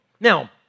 Now